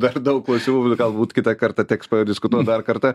dar daug klausimų galbūt kitą kartą teks padiskutuot dar kartą